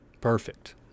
perfect